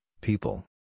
people